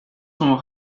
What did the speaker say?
sont